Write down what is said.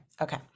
Okay